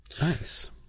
Nice